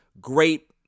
great